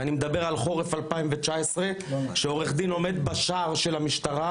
ואני מדבר על חורף 2019 שעו"ד עומד בשער של המשטרה